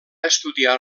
estudiar